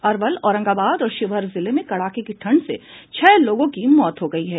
अरवल औरंगाबाद और शिवहर जिले में कड़ाके की ठंड से छह लोगों की मौत हो गयी है